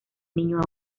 niño